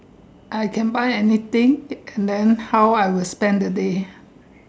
I can buy anything and then how I would spend the day